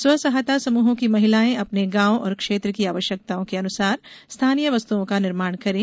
स्व सहायता समूहों की महिलाएं अपने गांव और क्षेत्र की आवश्यकताओं के अनुसार स्थानीय वस्तुओं का निर्माण करें